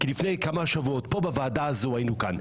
כי לפני כמה שבועות היינו כאן,